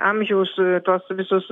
amžiaus tuos visus